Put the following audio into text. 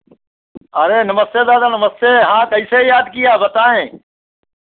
अरे नमस्ते दादा नमस्ते हाँ कैसे याद किया बताएँ